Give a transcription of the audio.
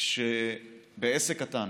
כשבעסק קטן